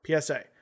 PSA